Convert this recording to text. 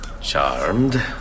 Charmed